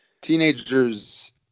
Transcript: teenagers